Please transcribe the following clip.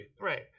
right